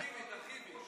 תרחיבי בעניין התפקיד.